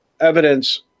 evidence